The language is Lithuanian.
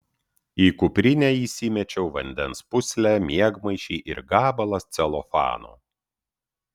į kuprinę įsimečiau vandens pūslę miegmaišį ir gabalą celofano